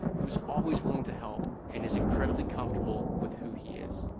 who's always willing to help and is incredibly comfortable with who he is.